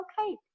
okay